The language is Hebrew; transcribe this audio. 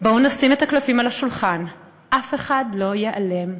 בואו נשים את הקלפים על השולחן: אף אחד לא ייעלם,